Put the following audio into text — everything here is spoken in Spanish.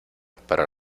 para